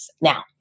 Now